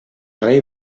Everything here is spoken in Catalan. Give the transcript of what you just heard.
rei